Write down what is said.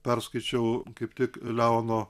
perskaičiau kaip tik leono